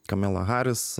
kamela harris